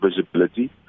visibility